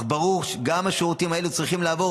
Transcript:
אך ברור גם שהשירותים האלה צריכים לעבור